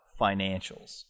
financials